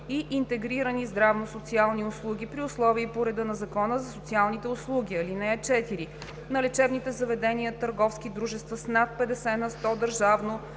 и интегрирани здравно-социални услуги при условия и по реда на Закона за социалните услуги. (4) На лечебните заведения – търговски дружества с над 50 на сто